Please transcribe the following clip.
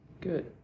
good